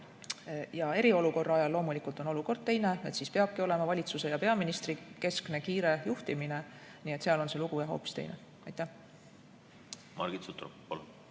Eriolukorra ajal loomulikult on olukord teine, siis peabki olema valitsuse ja peaministri keskne kiire juhtimine, nii et seal on see lugu hoopis teine. Margit Sutrop,